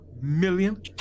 million